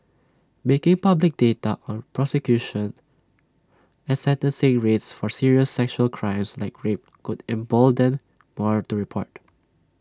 making public data on prosecution and sentencing rates for serious sexual crimes like rape could embolden more to report